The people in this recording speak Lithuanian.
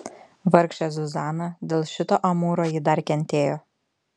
vargšė zuzana dėl šito amūro ji dar kentėjo